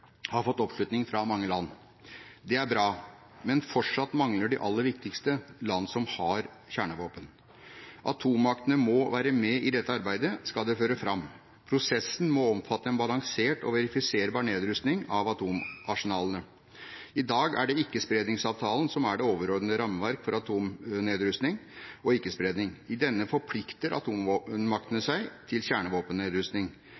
har fått oppslutning fra mange land. Det er bra. Men fortsatt mangler de aller viktigste, land som har kjernevåpen. Atommaktene må være med i dette arbeidet skal det føre fram. Prosessen må omfatte en balansert og verifiserbar nedrustning av atomarsenalene. I dag er det ikkespredningsavtalen som er det overordnede rammeverk for atomnedrustning og ikke-spredning. I denne forplikter atommaktene seg til